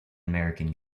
american